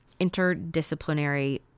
interdisciplinary